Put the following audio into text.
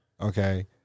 Okay